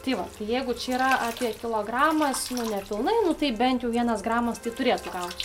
tai va tai jeigu čia yra apie kilogramas nu nepilnai nu tai bent jau vienas gramas tai turėtų gautis